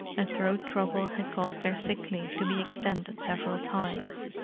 and throat-trouble had caused their sick-leave to be extended several times.